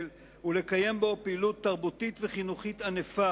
ולקיים בו פעילות תרבותית וחינוכית ענפה